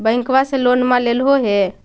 बैंकवा से लोनवा लेलहो हे?